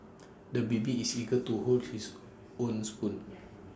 the baby is eager to hold his own spoon